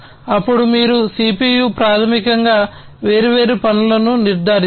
అప్పుడు మీరు CPU ప్రాథమికంగా వేర్వేరు పనులను నిర్ధారిస్తారు